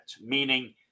meaning